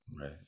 Right